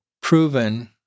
proven